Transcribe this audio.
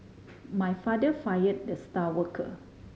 my father fire the star worker